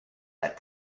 that